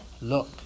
Look